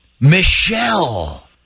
Michelle